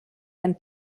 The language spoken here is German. ein